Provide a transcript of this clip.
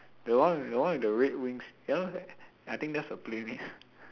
the one the one with the red wings that one I think that's the playmate